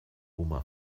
oma